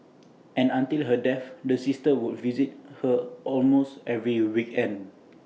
and until her death the sisters would visit her almost every weekend